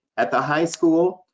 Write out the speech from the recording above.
at the high school,